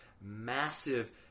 massive